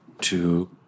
two